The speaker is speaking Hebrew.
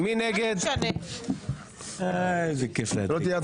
הצבעה אושרה.